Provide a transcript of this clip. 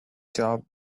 job